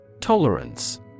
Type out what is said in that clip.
Tolerance